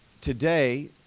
today